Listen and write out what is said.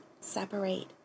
separate